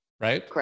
right